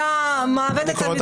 אתה מעוות את המציאות.